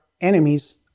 enemies